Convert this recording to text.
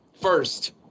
First